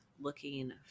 looking